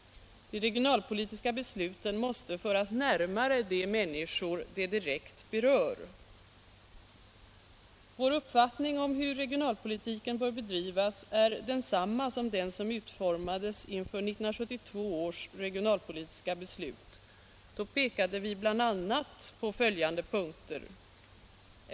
De regionalpolitiska besluten måste föras närmare de människor de direkt berör. Vår uppfattning om hur regionalpolitiken bör bedrivas är densamma som den som utformades inför 1972 års regionalpolitiska beslut. Då pekade vi bl.a. på följande punkter: 1.